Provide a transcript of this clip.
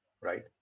right